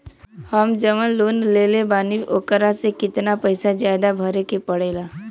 हम जवन लोन लेले बानी वोकरा से कितना पैसा ज्यादा भरे के पड़ेला?